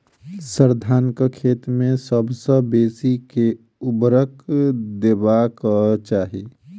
sir, धानक खेत मे सबसँ बेसी केँ ऊर्वरक देबाक चाहि